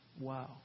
wow